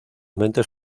mentes